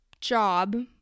job